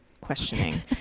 questioning